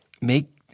make